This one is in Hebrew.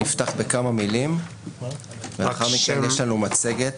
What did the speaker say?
אני אפתח בכמה מילים ולאחר מכן יש לנו מצגת